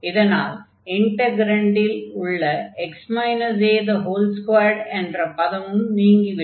இதனால் இன்டக்ரன்டில் உள்ள x a2 என்ற பதமும் நீங்கி விடும்